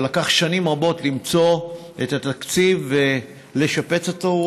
שלקח שנים רבות למצוא את התקציב לשפץ אותו.